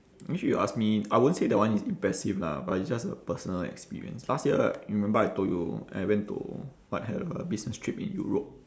you ask me I won't say that one is impressive lah but it's just a personal experience last year you remember I told you I went to what have a business trip in europe